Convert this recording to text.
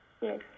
Yes